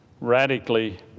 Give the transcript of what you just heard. radically